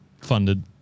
funded